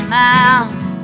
mouth